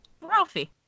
Ralphie